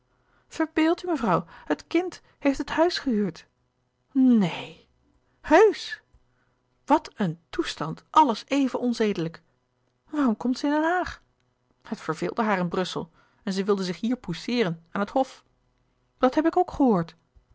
verbeeld u mevrouw het kind heeft het huis gehuurd louis couperus de boeken der kleine zielen neen heusch wat een toestand alles even onzedelijk waarom komt ze in den haag het verveelde haar in brussel en ze wil zich hier pousseeren aan het hof dat heb ik ook gehoord